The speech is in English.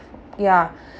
ya